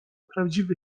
prawdziwy